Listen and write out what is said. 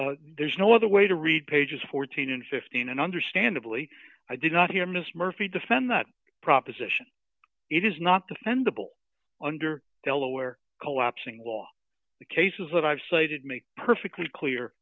case there's no other way to read pages fourteen and fifteen and understandably i did not hear mr murphy defend that proposition it is not defendable under delaware collapsing will the cases that i've cited make perfectly clear